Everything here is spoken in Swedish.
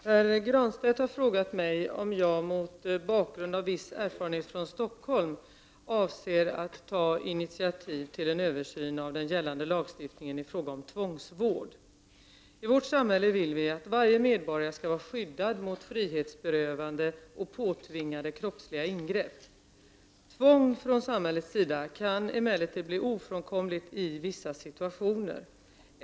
Herr talman! Pär Granstedt har frågat mig om jag — mot bakgrund av viss erfarenhet från Stockholm — avser att ta initiativ till en översyn av den gällande lagstiftningen i fråga om tvångsvård. I vårt samhälle vill vi att varje medborgare skall vara skyddad mot frihetsberövande och påtvingade kroppsliga ingrepp. Tvång från samhällets sida kan emellertid bli ofrånkomligt i vissa situationer.